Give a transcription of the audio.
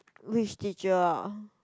which teacher